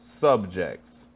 subjects